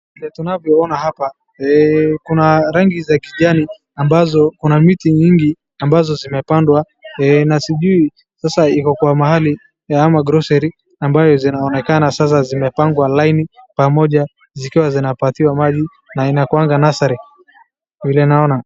Tunavyoona hapa, kuna rangi za kijani ambazo miti nyingi ambazo zimepandwa, na sijui ama iko kwa mahal,i ama grocery ambayo zinaonekana sasa zimepangwa laini, pamoja zikiwa zinapatiwa maji na inakuanga nursery , vile naona.